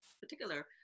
particular